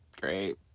Great